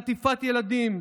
חטיפת ילדים,